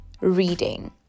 reading